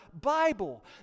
bible